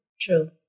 true